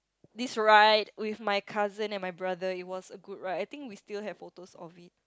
this ride with my cousin and my brother it was a good ride I think we still have photos of it